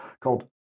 called